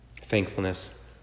thankfulness